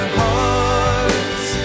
hearts